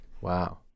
Wow